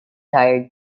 hired